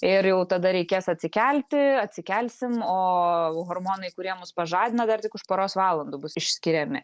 ir jau tada reikės atsikelti atsikelsim o hormonai kurie mus pažadina dar tik už poros valandų bus išskiriami